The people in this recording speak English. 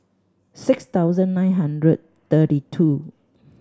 six thousand nine hundred thirty two